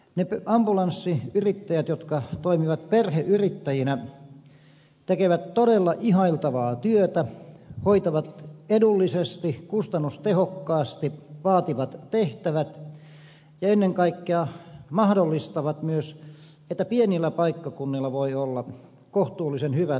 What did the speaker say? ne ambulanssiyrittäjät jotka toimivat perheyrittäjinä tekevät todella ihailtavaa työtä hoitavat edullisesti kustannustehokkaasti vaativat tehtävät ja ennen kaikkea mahdollistavat myös että pienillä paikkakunnilla voi olla kohtuullisen hyvät ambulanssipalvelut